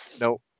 Nope